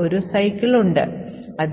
ഒരു ഫ്രെയിം പോയിന്ററും തുടർന്ന് പ്രാവർത്തികമാക്കിയ ഫംഗ്ഷന്റെ ലോക്കൽ വേരിയബിളുകളും ഉണ്ടാകും